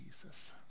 Jesus